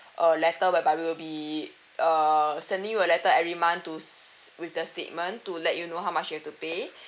uh letter whereby we'll be uh sending you a letter every month to s~ with the statement to let you know how much you have to pay